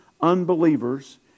unbelievers